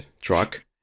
truck